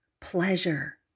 pleasure